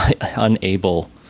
unable